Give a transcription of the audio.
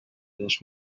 dos